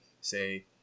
say